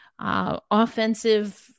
offensive